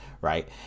right